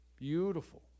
Beautiful